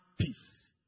peace